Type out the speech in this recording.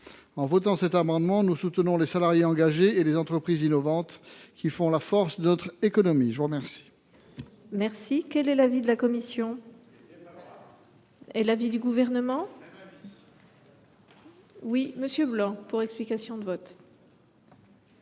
En votant cet amendement, nous soutenons les salariés engagés et les entreprises innovantes, qui font la force de notre économie. Quel